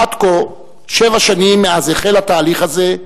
עד כה, שבע שנים מאז החל התהליך הזה,